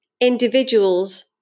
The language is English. individuals